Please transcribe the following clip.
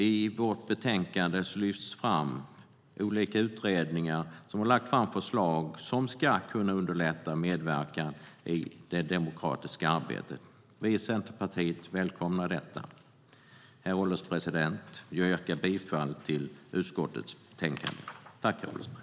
I betänkandet lyfter vi fram olika utredningar som lagt fram förslag som ska kunna underlätta medverkan i det demokratiska arbetet. Vi i Centerpartiet välkomnar detta. Herr ålderspresident! Jag yrkar bifall till utskottets förslag.